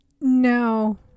No